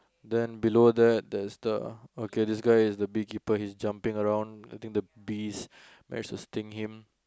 then below that there's the okay this guy is the bee keeper he's jumping around I think the bees manage to sting him